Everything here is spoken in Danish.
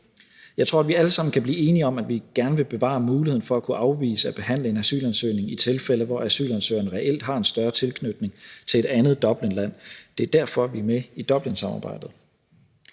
Jeg tror, at vi alle sammen kan blive enige om, at vi gerne vil bevare muligheden for at kunne afvise at behandle en asylansøgning i tilfælde, hvor asylansøgeren reelt har en større tilknytning til et andet Dublinland. Det er derfor, vi er med i Dublinsamarbejdet.